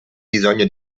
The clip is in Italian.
bisogno